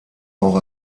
auch